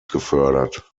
gefördert